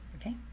okay